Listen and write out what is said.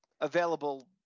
available